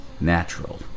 natural